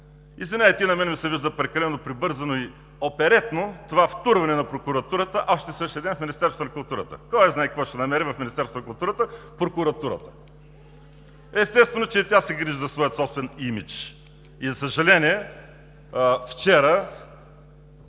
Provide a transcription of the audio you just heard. Извинявайте, но на мен ми се вижда прекалено прибързано и оперетно това втурване на Прокуратурата още същия ден в Министерството на културата. Кой знае какво ще намери в Министерството на културата Прокуратурата?! Естествено, че и тя се грижи за своя собствен имидж. За съжаление, вчера